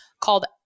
called